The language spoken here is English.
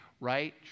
Right